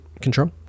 control